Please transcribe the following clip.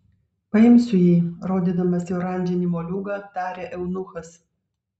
paimsiu jį rodydamas į oranžinį moliūgą tarė eunuchas